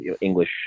English